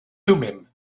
thummim